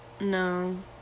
no